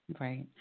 Right